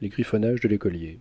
l'étoile